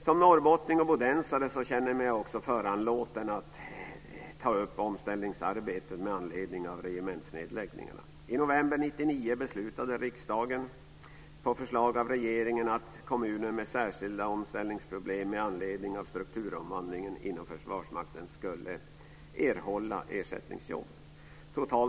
Som norrbottning och bodensare känner jag mig föranlåten att också ta upp omställningsarbetet med anledning av regementsnedläggningarna. I november 1999 beslutade riksdagen på förslag av regeringen att kommuner med särskilda omställningsproblem med anledning av strukturomvandlingen inom Försvarsmakten skulle erhålla ersättningsjobb.